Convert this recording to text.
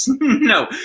No